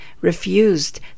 refused